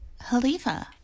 Halifa